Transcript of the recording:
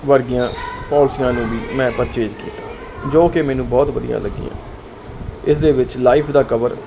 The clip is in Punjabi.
ਵਰਗੀਆਂ ਪੋਲਿਸੀਆਂ ਨੂੰ ਵੀ ਮੈਂ ਪਰਚੇਜ ਕੀਤਾ ਜੋ ਕਿ ਮੈਨੂੰ ਬਹੁਤ ਵਧੀਆ ਲੱਗੀਆਂ ਇਸ ਦੇ ਵਿੱਚ ਲਾਈਫ ਦਾ ਕਵਰ